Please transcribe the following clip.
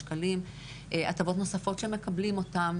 הטבות נוספות שמקבלים אותם,